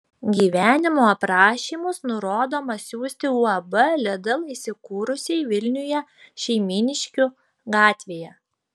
gyvenimo aprašymus nurodoma siųsti uab lidl įsikūrusiai vilniuje šeimyniškių gatvėje